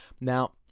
Now